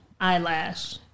eyelash